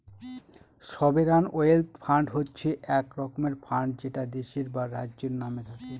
sovereign wealth fund হচ্ছে এক রকমের ফান্ড যেটা দেশের বা রাজ্যের নামে থাকে